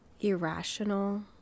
irrational